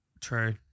True